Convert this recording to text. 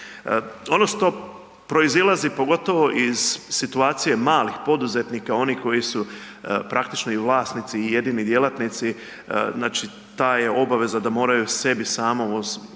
Ono što proizilazi pogotovo iz situacije malih poduzetnika onih koji su praktično i vlasnici i jedini djelatnici, znači ta je obaveza da moraju sebi sami uplaćivati